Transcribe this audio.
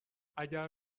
اگر